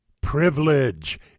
privilege